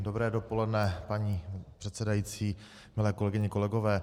Dobré dopoledne, paní předsedající, milé kolegyně, kolegové.